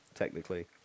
technically